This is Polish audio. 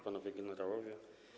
Panowie Generałowie!